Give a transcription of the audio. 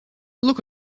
look